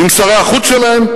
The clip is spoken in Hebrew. עם שרי החוץ שלהם,